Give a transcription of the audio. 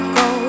go